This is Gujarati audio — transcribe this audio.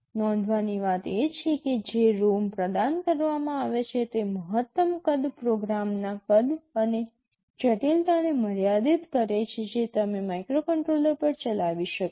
નોંધવાની વાત એ છે કે જે ROM પ્રદાન કરવામાં આવે છે તે મહત્તમ કદ પ્રોગ્રામના કદ અને જટિલતાને મર્યાદિત કરે છે જે તમે માઇક્રોકન્ટ્રોલર પર ચલાવી શકો છો